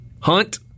hunt